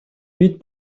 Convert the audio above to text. бид